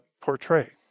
portray